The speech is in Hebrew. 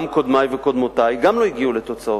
גם קודמי וקודמותי, גם לא הגיעו לתוצאות.